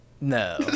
No